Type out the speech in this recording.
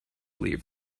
leave